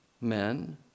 men